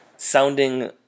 sounding